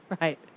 Right